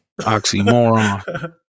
oxymoron